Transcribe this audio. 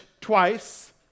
twice